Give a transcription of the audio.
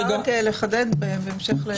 אני יכולה רק לחדד בהמשך לדברים?